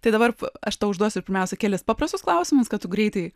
tai dabar aš tau užduosiu pirmiausia kelis paprastus klausimus kad greitai